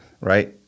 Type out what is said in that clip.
right